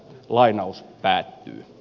lainaus wää